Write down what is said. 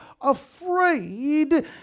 afraid